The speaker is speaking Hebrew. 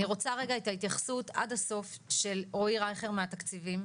אני רוצה רגע את ההתייחסות עד הסוף של רועי רייכר מהתקציבים,